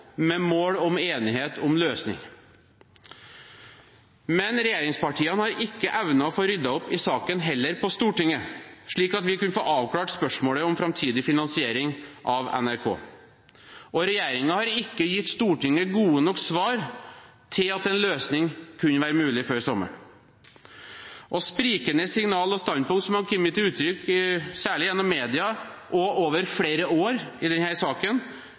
med mål om enighet om løsning. Men regjeringspartiene har ikke evnet å få ryddet opp i saken på Stortinget heller, slik at vi kunne fått avklart spørsmålet om framtidig finansiering av NRK, og regjeringen har ikke gitt Stortinget gode nok svar til at en løsning kunne være mulig før sommeren. Sprikende signal og standpunkt som har kommet til uttrykk, særlig gjennom media og over flere år i denne saken,